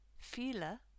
viele